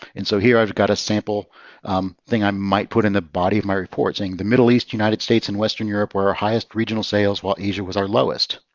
and so here, i've got a sample thing i might put in the body of my report saying the middle east, united states, and western europe were our highest regional sales while asia was our lowest.